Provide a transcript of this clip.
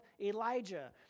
Elijah